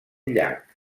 llac